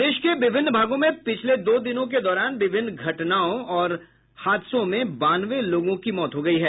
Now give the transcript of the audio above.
प्रदेश के विभिन्न भागों में पिछले दो दिनों के दौरान विभिन्न घटनाओं और हादसों में बानवे लोगों की मौत हो गयी है